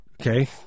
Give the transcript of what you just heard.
Okay